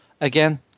again